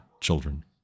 children